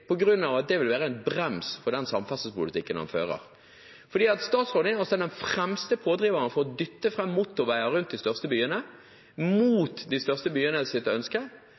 at det vil være en brems for den samferdselspolitikken han fører. Statsråden er den fremste pådriveren for å dytte fram motorveier rundt de største byene – mot de største byenes ønske